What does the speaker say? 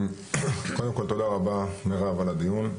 קודם כל תודה רבה מירב על הדיון,